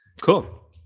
cool